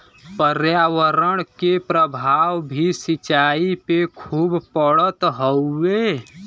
पर्यावरण के प्रभाव भी सिंचाई पे खूब पड़त हउवे